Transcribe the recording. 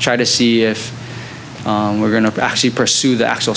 try to see if we're going to actually pursue the actual